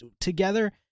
together